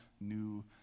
new